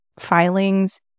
filings